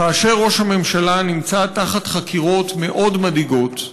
כאשר ראש הממשלה נמצא תחת חקירות מאוד מדאיגות,